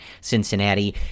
Cincinnati